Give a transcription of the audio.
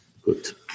Gut